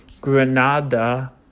Granada